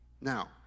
Now